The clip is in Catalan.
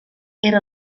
era